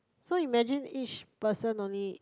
so you imagine each person only